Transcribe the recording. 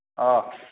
অঁ